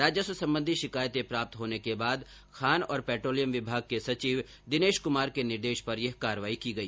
राजस्व संबंधी शिकायतें प्राप्त होने के बाद खान और पेट्रोलियम विमाग के सचिव दिनेश कुमार के निर्देश पर यह कार्रवाई की गई